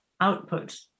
output